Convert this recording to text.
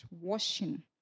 Washing